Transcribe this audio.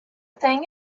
thing